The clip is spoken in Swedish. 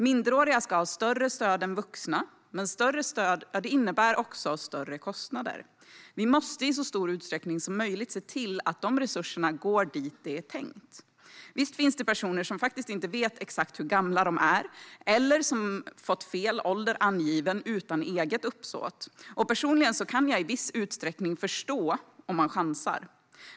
Minderåriga ska ha större stöd än vuxna, men större stöd innebär också större kostnader. Vi måste i så stor utsträckning som möjligt se till att de resurserna går dit det är tänkt. Visst finns det personer som faktiskt inte vet exakt hur gamla de är eller som fått fel ålder angiven utan eget uppsåt. Personligen kan jag i viss utsträckning förstå om man chansar.